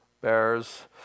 bears